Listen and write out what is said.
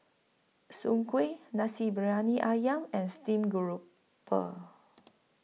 Soon Kueh Nasi Briyani Ayam and Steamed Grouper